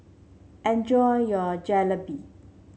enjoy your Jalebi